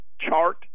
chart